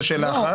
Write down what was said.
לא.